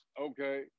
okay